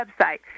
website